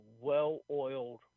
well-oiled